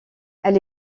elle